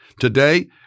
Today